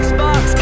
Xbox